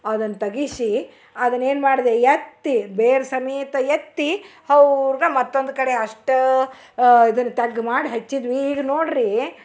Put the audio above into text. ಅದನ್ನ ತಗಿಸಿ ಅದನೇನು ಮಾಡ್ದೆ ಎತ್ತಿ ಬೇರು ಸಮೇತ ಎತ್ತಿ ಹೌರ್ಗ ಮತ್ತೊಂದು ಕಡೆ ಅಷ್ಟು ಇದನ್ನ ತಗ್ಗು ಮಾಡಿ ಹಚ್ಚಿದ್ಚಿ ಈಗ ನೋಡ್ರಿ